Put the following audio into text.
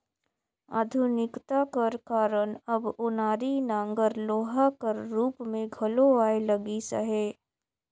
आधुनिकता कर कारन अब ओनारी नांगर लोहा कर रूप मे घलो आए लगिस अहे